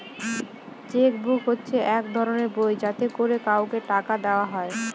check book হচ্ছে এক ধরনের বই যাতে করে কাউকে টাকা দেওয়া হয়